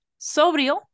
Sobrio